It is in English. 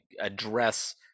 address